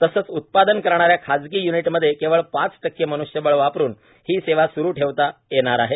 तसेच उत्पादन करणा या खाजगी य्नीटमध्ये केवळ पाच टक्के मन्ष्यबळ वापरून ही सेवा सुरू ठेवता येणार आहे